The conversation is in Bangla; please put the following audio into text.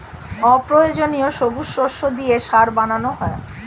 অপ্রয়োজনীয় সবুজ শস্য দিয়ে সার বানানো হয়